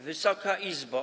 Wysoka Izbo!